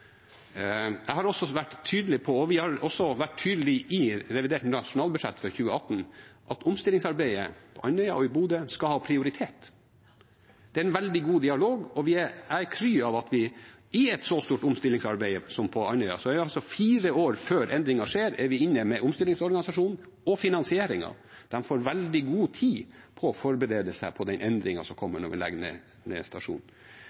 Jeg har vært tydelig, og vi har også vært tydelig i revidert nasjonalbudsjett for 2018, på at omstillingsarbeidet på Andøya og i Bodø skal ha prioritet. Det er en veldig god dialog, og jeg er kry av at i et så stort omstillingsarbeid som det er på Andøya, er vi altså fire år før endringen skjer, inne med omstillingsorganisasjonen og finansieringen. De får veldig god tid på å forberede seg på den endringen som kommer når vi legger ned stasjonen.